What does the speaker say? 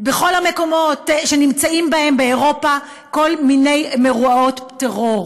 בכל המקומות שיש בהם באירופה כל מיני מאורעות טרור.